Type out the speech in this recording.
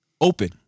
open